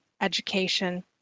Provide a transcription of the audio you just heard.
education